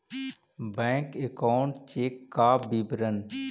Bank account cheque का विवरण?